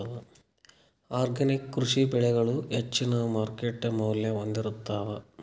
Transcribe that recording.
organic ಕೃಷಿ ಬೆಳಿಗಳು ಹೆಚ್ಚಿನ್ ಮಾರುಕಟ್ಟಿ ಮೌಲ್ಯ ಹೊಂದಿರುತ್ತಾವ